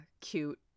cute